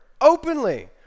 openly